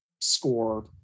score